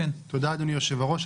תודה, אדוני היושב ראש.